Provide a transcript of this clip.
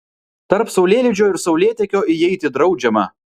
tarp saulėlydžio ir saulėtekio įeiti draudžiama